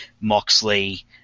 Moxley –